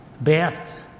Beth